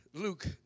Luke